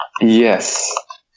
Yes